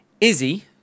Izzy